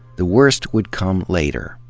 the worst would come later,